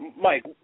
Mike